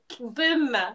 boom